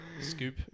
scoop